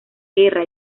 guerra